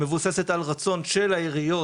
מבוססת על רצון של העיריות,